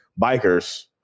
bikers